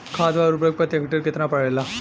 खाद व उर्वरक प्रति हेक्टेयर केतना परेला?